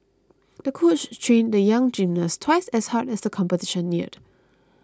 the coach trained the young gymnast twice as hard as the competition neared